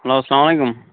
hello اَسلام علیکُم